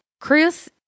Chris